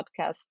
Podcast